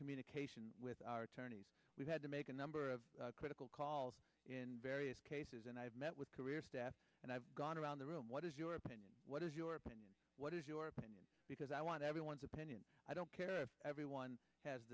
communication with our attorneys we've had to make a number of critical calls in various cases and i have met with career staff and i've gone around the room what is your opinion what is your opinion what is your opinion because i want everyone to penny i don't care if everyone has